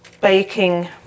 baking